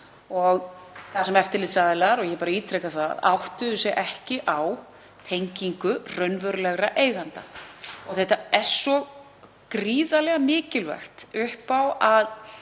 þar sem eftirlitsaðilar, ég ítreka það, áttuðu sig ekki á tengingu raunverulegra eiganda. Þetta er svo gríðarlega mikilvægt upp á það